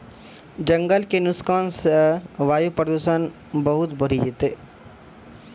जंगल के नुकसान सॅ वायु प्रदूषण बहुत बढ़ी जैतै